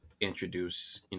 introduce